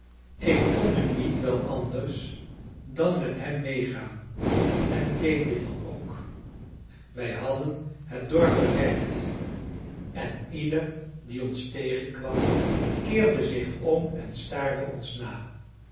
ik kon nu niet wel anders dan met hem meegaan en deed dit dan ook wij hadden het dorp bereikt en ieder die ons tegenkwam keerde zich om en staarde ons na